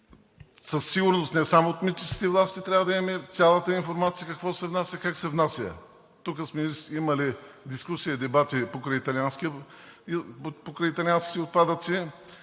със сигурност не само от митническите власти трябва да имаме цялата информация какво се внася, как се внася, тук сме имали дискусия и дебати покрай италианските отпадъци